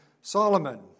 Solomon